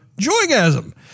joygasm